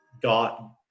got